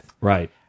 Right